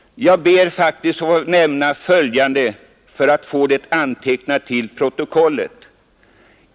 Jag ber också att få nämna följande för att det skall bli antecknat till protokollet.